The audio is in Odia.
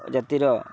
ଜାତିର